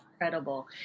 Incredible